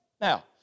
Now